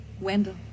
Wendell